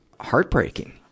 heartbreaking